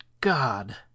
God